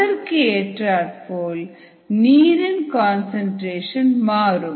அதற்கு ஏற்றார்போல் நீரின் கன்சன்ட்ரேஷன் மாறும்